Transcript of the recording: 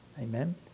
Amen